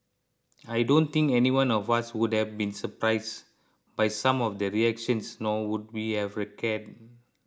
I don't think anyone of us would have been surprise by some of the reactions nor would be have cared